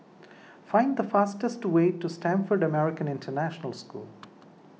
find the fastest way to Stamford American International School